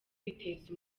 biteza